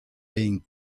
being